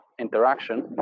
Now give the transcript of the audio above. interaction